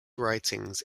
writings